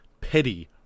petty